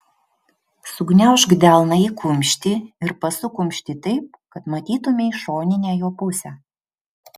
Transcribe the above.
sugniaužk delną į kumštį ir pasuk kumštį taip kad matytumei šoninę jo pusę